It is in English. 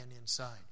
inside